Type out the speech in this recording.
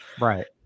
Right